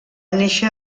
néixer